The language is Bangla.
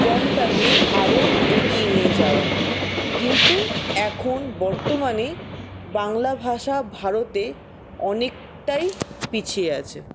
কমটাকে আরো এগিয়ে নিয়ে যাওয়া কিন্তু এখন বর্তমানে বাংলা ভাষা ভারতে অনেকটাই পিছিয়ে আছে